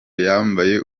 yambaye